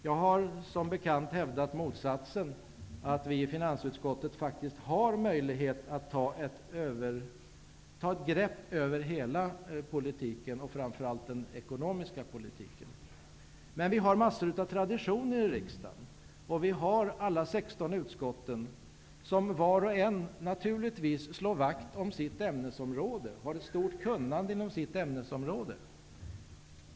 Jag har som bekant hävdat motsatsen, att vi i viss utsträckning faktiskt har möjlighet att ta ett grepp över hela politiken och framför allt den ekonomiska politiken. Men det finns massor av traditioner i riksdagen, och här finns alla 16 utskotten som vart och ett naturligtvis slår vakt om sitt ämnesområde och har ett stort kunnande inom sitt ämnesområde.